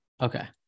Okay